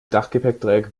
dachgepäckträger